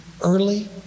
early